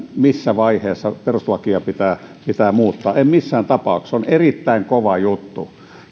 missä vaiheessa perustuslakia pitää pitää muuttaa en missään tapauksessa se on erittäin kova juttu